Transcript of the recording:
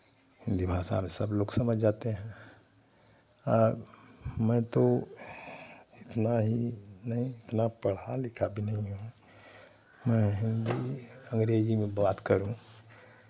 हिन्दी भाषा में सब लोग समझ जाते हैं मैं तो इतना ही नहीं इतना पढ़ा लिखा भी नहीं हूँ मैं हिन्दी अंग्रेजी में बात करूँ